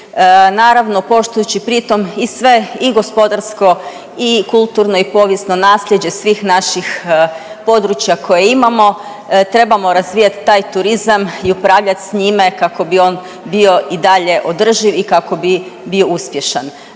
Naravno poštujući pritom i sve i gospodarsko i kulturno i povijesno nasljeđe svih naših područja koja imamo, trebamo razvijati taj turizam i upravljat s njime kako bi on bio i dalje održiv i kako bi bio uspješan.